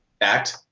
act